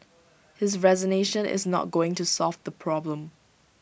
his resignation is not going to solve the problem